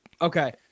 Okay